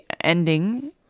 ending